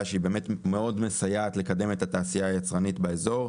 שבאמת מאוד מסייעת לקדם את התעשייה היצרנית באזור.